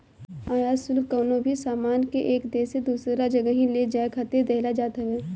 आयात शुल्क कवनो भी सामान के एक देस से दूसरा जगही ले जाए खातिर देहल जात हवे